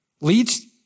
leads